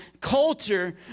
Culture